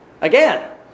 again